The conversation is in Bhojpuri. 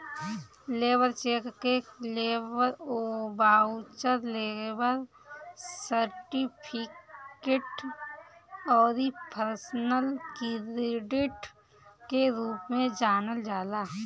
लेबर चेक के लेबर बाउचर, लेबर सर्टिफिकेट अउरी पर्सनल क्रेडिट के रूप में जानल जाला